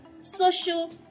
social